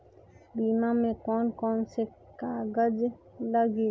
बीमा में कौन कौन से कागज लगी?